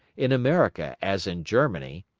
in america as in germany,